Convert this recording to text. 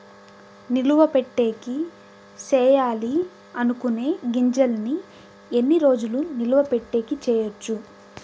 నిలువ పెట్టేకి సేయాలి అనుకునే గింజల్ని ఎన్ని రోజులు నిలువ పెట్టేకి చేయొచ్చు